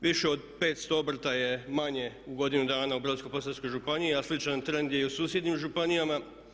Više od 500 obrta je manje u godinu dana u Brodsko-posavskoj županiji, a sličan trend je i u susjednim županijama.